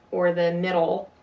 or the middle.